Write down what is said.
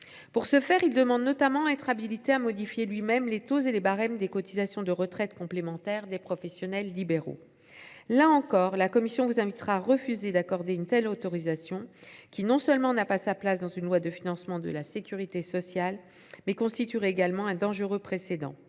Pour ce faire, il demande notamment à être habilité à modifier lui même les taux et les barèmes des cotisations de retraite complémentaire des professionnels libéraux. Là encore, la commission vous invitera à refuser d’accorder une telle autorisation qui non seulement n’a pas sa place dans une loi de financement de la sécurité sociale, mais constituerait également un dangereux précédent.